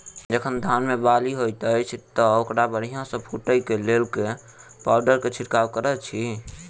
जखन धान मे बाली हएत अछि तऽ ओकरा बढ़िया सँ फूटै केँ लेल केँ पावडर केँ छिरकाव करऽ छी?